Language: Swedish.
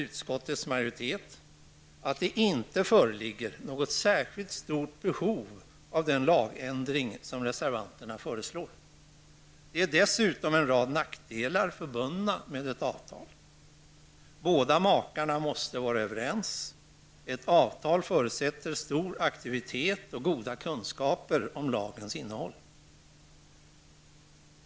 Utskottets majoritet anser att det inte föreligger ett särskilt stort behov av den lagändring som reservanterna föreslår. Dessutom är en rad nackdelar förbundna med ett avtal. Båda makarna måste vara överens. Ett avtal förutsätter stor aktivitet och goda kunskaper om lagens innehåll.